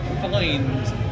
find